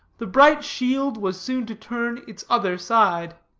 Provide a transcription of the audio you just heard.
the bright shield was soon to turn its other side.